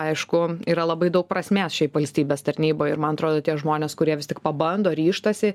aišku yra labai daug prasmės šiaip valstybės tarnyboj ir man atrodo tie žmonės kurie vis tik pabando ryžtasi